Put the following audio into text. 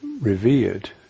revered